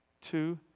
two